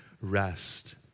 rest